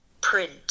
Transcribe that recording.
print